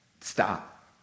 Stop